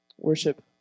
worship